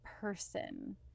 person